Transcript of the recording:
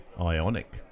Ionic